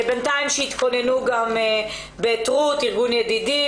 בינתיים שיתכוננו גם "בית רות" וארגון "ידידים",